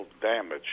damage